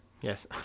Yes